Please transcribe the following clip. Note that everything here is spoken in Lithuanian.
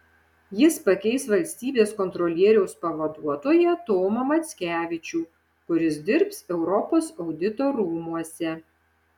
jis pakeis valstybės kontrolieriaus pavaduotoją tomą mackevičių kuris dirbs europos audito rūmuose